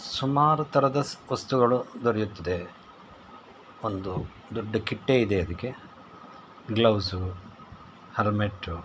ಸುಮಾರು ಥರದ ವಸ್ತುಗಳು ದೊರೆಯುತ್ತದೆ ಒಂದು ದೊಡ್ಡ ಕಿಟ್ಟೇ ಇದೆ ಅದಕ್ಕೆ ಗ್ಲೌಸು ಹೆಲ್ಮೆಟ್ಟು